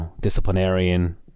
disciplinarian